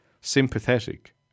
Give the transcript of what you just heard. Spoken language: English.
sympathetic